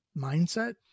mindset